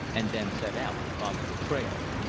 and then set out to follow the trail.